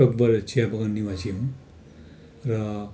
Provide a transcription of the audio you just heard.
टकभर चिया बगान निवासी हुँ र